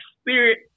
spirit